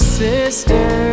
sister